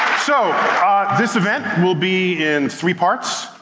so this event will be in three parts.